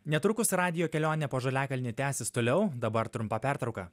netrukus radijo kelionė po žaliakalnį tęsis toliau dabar trumpa pertrauka